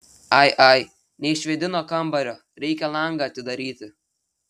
ai ai neišvėdino kambario reikia langą atidaryti